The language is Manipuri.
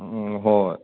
ꯎꯝ ꯍꯣꯏ ꯍꯣꯏ